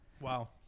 Wow